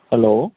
hello